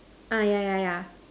ah yeah yeah yeah